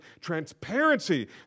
transparency